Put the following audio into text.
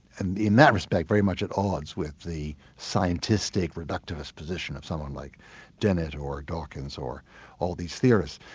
and in that respect, very much at odds with the scientistic, reductivist position of someone like dennett or dawkins or all these theorists.